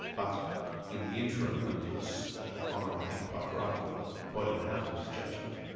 but in the interim, and his honour i think quite rightly pointed out in his judgment,